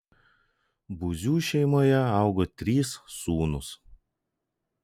buzių šeimoje augo trys sūnūs